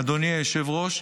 אדוני היושב-ראש,